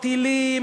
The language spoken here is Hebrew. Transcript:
טילים,